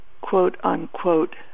quote-unquote